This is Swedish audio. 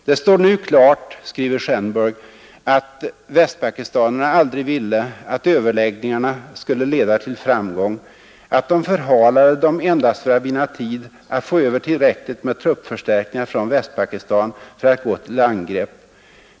Det står nu klart att västpakistanerna aldrig ville att överläggningarna skulle leda till framgång, att de förhalade dem endast för att vinna tid att få över tillräckligt med truppförstärkningar från Västpakistan för att gå till angrepp.